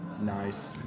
nice